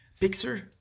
Pixar